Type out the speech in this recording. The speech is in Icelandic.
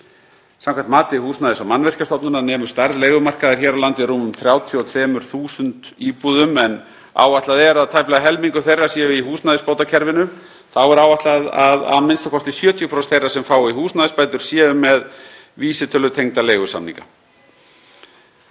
Samkvæmt mati Húsnæðis- og mannvirkjastofnunar nemur stærð leigumarkaðar hér á landi rúmum 32.000 íbúðum en áætlað er að tæplega helmingur þeirra sé í húsnæðisbótakerfinu. Þá er áætlað að a.m.k. 70% þeirra sem fá húsnæðisbætur séu með vísitölutengda leigusamninga.